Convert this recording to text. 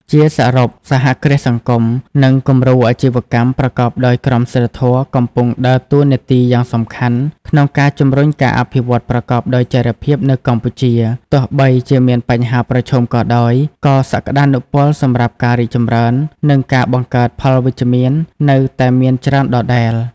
ជាសរុប សហគ្រាសសង្គម និងគំរូអាជីវកម្មប្រកបដោយក្រមសីលធម៌កំពុងដើរតួនាទីយ៉ាងសំខាន់ក្នុងការជំរុញការអភិវឌ្ឍប្រកបដោយចីរភាពនៅកម្ពុជា ទោះបីជាមានបញ្ហាប្រឈមក៏ដោយ ក៏សក្តានុពលសម្រាប់ការរីកចម្រើន និងការបង្កើតផលវិជ្ជមាននៅតែមានច្រើនដដែល។